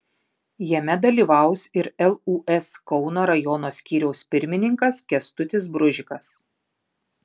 jame dalyvaus ir lūs kauno rajono skyriaus pirmininkas kęstutis bružikas